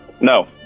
No